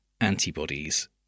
antibodies